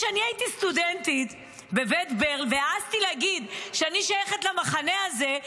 כשהייתי סטודנטית בבית ברל והעזתי להגיד שאני שייכת למחנה הזה,